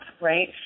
right